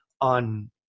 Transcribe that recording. on